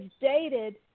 dated